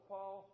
Paul